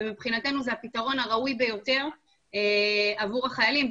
ומבחינתנו זה הפתרון הראוי ביותר עבור החיילים,